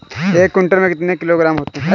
एक क्विंटल में कितने किलोग्राम होते हैं?